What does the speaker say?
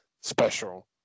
special